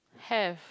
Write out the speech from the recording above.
have